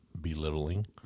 belittling